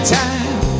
time